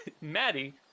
Maddie